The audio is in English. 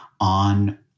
on